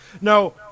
No